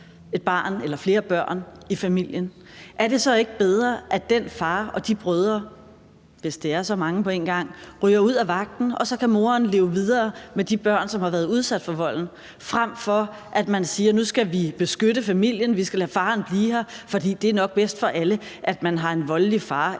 et barn eller flere børn i familien, er det så ikke bedre, at den far og de brødre, hvis der er tale om så mange på en gang, ryger ud af vagten, så moren kan leve videre med de børn, som har været udsat for volden – frem for at vi siger, at vi nu skal beskytte familien og lade faren blive her, fordi det nok er bedst for alle, at man har en voldelig far